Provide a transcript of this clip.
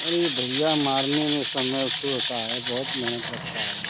अरे भैया मारने मे समय तो होता है बहुत मेहनत होती है